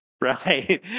right